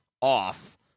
off